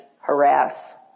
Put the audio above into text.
harass